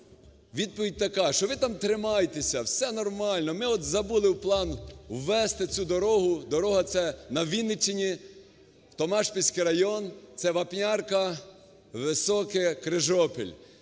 відповідь така, що ви там тримайтеся, все нормально, ми от забули в план ввести цю дорогу. Дорога ця на Вінниччині Томашпільський район – це Вапнярка, Високе, Крижопіль.